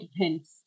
depends